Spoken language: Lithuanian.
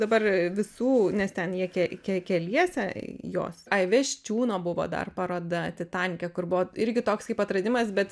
dabar visų nes ten jie ke ke keliese jos ai veščiūno buvo dar paroda titanike kur buvo irgi toks kaip atradimas bet